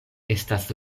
estas